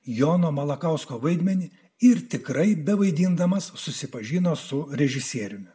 jono malakausko vaidmenį ir tikrai bevaidindamas susipažino su režisieriumi